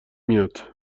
میاد